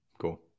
Cool